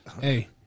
Hey